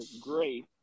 great